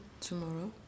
tomorrow